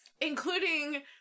Including